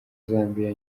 zambiya